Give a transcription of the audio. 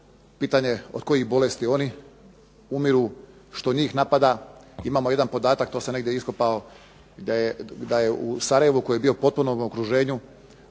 Pitanje od kojih bolesti oni umiru, što njih napada? Imamo jedan podatak to sam negdje iskopao, da je u Sarajevu koji je bio u potpunom okruženju